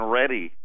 ready